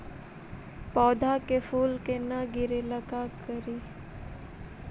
पौधा के फुल के न गिरे ला का करि?